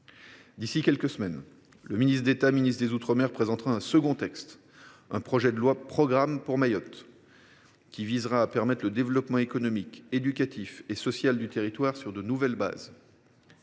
D’ici à quelques semaines, le ministre d’État, ministre des outre mer, présentera un second texte : un projet de loi de programmation pour Mayotte visant à permettre le développement économique, éducatif et social du territoire sur de nouvelles bases.